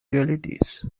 realities